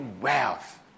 wealth